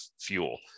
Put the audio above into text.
fuel